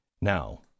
Now